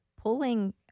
pulling